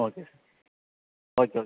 okay sir okay okay